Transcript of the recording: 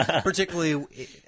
Particularly